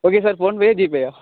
okay sir ஃபோன்பேயா ஜீபேயா